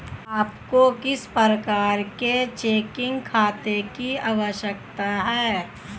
आपको किस प्रकार के चेकिंग खाते की आवश्यकता है?